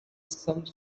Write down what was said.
some